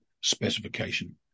specification